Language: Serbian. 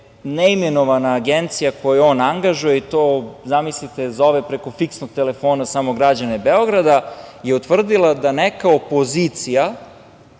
neimenovana agencija koju on angažuje i to, zamislite, za ove preko fiksnog telefona, samo građane Beograda, je utvrdila da neka opozicija,